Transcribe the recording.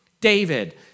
David